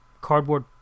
cardboard